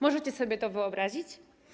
Możecie sobie to wyobrazić?